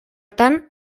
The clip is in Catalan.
tant